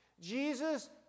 Jesus